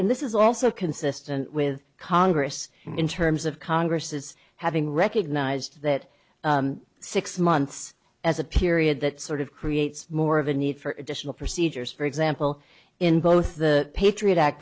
and this is also consistent with congress in terms of congresses having recognized that six months as a period that sort of creates more of a need for additional procedures for example in both the patriot act